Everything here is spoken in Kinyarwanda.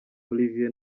olivier